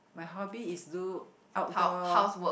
my hobby is do outdoor